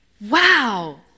Wow